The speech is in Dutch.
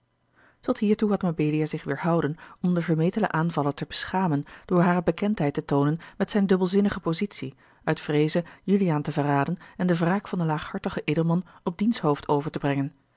tot hiertoe had mabelia zich weêrhouden om den vermetelen aanvaller te beschamen door hare bekendheid te toonen met zijne dubbelzinnige positie uit vreeze juliaan te verraden en de wraak van den laaghartigen edelman op diens hoofd over te brengen